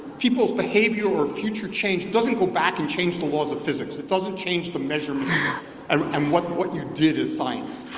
people's behavior or future change doesn't go back and change the laws of physics. it doesn't change the measurement and um um what what you did as science.